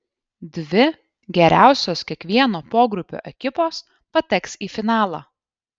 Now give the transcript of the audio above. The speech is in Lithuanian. dvi geriausios kiekvieno pogrupio ekipos pateks į finalą